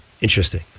Interesting